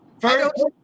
first